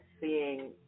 seeing